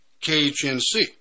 KHNC